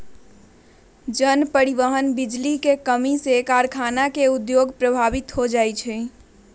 जन, परिवहन, बिजली के कम्मी से कारखाना के उद्योग प्रभावित हो जाइ छै